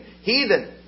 Heathen